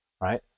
right